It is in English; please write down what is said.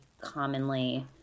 commonly